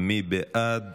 מי בעד